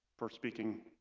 for speaking,